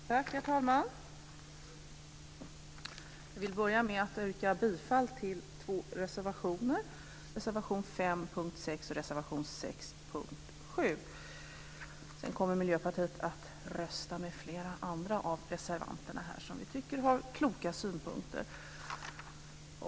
Herr talman! Jag vill börja med att yrka bifall till två reservationer: reservation 5 och reservation 6. Miljöpartiet kommer sedan att rösta med flera andra reservanter som vi tycker har kloka synpunkter.